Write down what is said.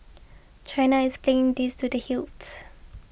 China is thing this to the hilt